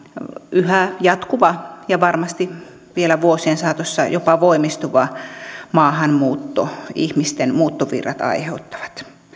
yhä jatkuva ja varmasti vielä vuosien saatossa jopa voimistuva maahanmuutto ja ihmisten muuttovirrat aiheuttavat